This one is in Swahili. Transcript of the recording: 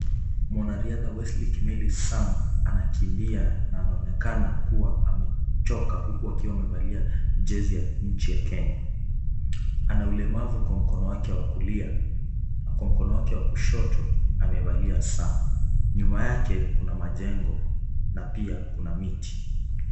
Mwanariadha Wesley Kimeli Sang anakimbia na anaonekana kuwa amechoka, huku akiwa amevalia jezi ya nchi ya Kenya. Ana ulemavu kwa mkono wake wa kulia na kwa mkno wake wa kushoto amevalia saa. Nyuma yake kuna majengo na pia kuna miti.